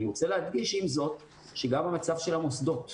אני רוצה להדגיש עם זאת שגם המצב של המוסדות,